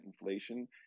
inflation